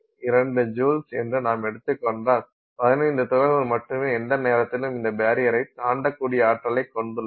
2 joules என்று நாம் எடுத்துக் கொண்டால் 15 துகள்கள் மட்டுமே எந்த நேரத்திலும் இந்த பரியரை தாண்டக்கூடிய ஆற்றலைக் கொண்டுள்ளன